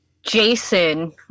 jason